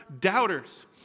doubters